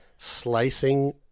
Slicing